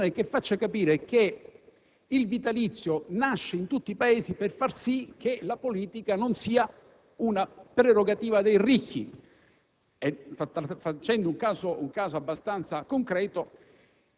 sia accompagnata da una comunicazione che faccia comprendere che il vitalizio nasce in tutti i Paesi per far sì che la politica non sia una prerogativa dei ricchi